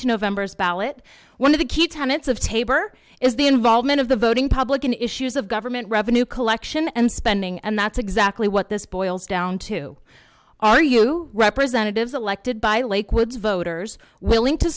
to november's ballot one of the key tenants of tabor is the involvement of the voting public and issues of government revenue collection and spending and that's exactly what this boils down to are you representatives elected by lake woods voters willing to